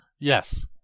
Yes